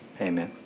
Amen